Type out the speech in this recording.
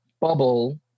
bubble